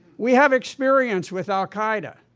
we have experience with al-qaeda.